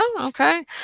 okay